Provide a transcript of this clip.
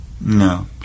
No